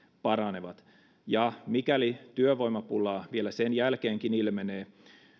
paranevat ja mikäli työvoimapulaa vielä sen jälkeenkin ilmenee